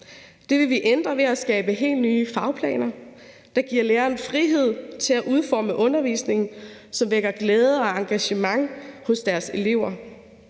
Det vil vi ændre ved at skabe helt nye fagplaner, der giver læreren frihed til at udforme en undervisning, som vækker glæde og engagement hos eleverne.